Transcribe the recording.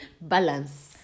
balance